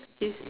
his